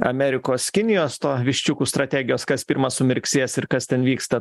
amerikos kinijos to viščiukų strategijos kas pirmas sumirksės ir kas ten vyksta